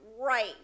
right